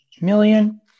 million